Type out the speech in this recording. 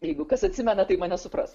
jeigu kas atsimena tai mane supras